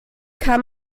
kann